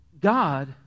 God